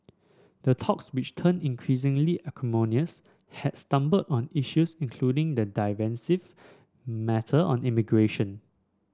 the talks which turned increasingly acrimonious had stumbled on issues including the divisive matter of immigration